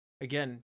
Again